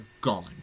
gone